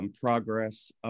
progress